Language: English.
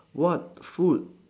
what food